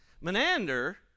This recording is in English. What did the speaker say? Menander